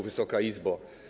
Wysoka Izbo!